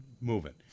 moving